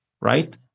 Right